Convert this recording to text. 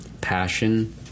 passion